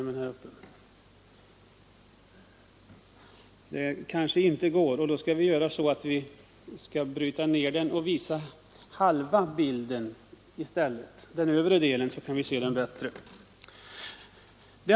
Men jag skall visa annonsen på kammarens bildskärm.